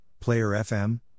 PlayerFM